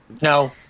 No